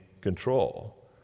control